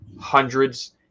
hundreds